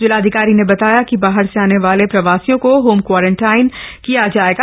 जिलाधिकारी ने बताया कि बाहर से आने वाले प्रवासियों को होम क्वारंटीन किया जाएगा